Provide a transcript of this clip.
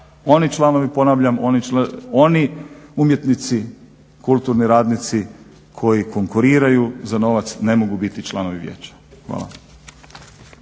oni članovi ponavljam, oni umjetnici, kulturni radnici koji konkuriraju za novac ne mogu biti članovi vijeća. Hvala.